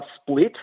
split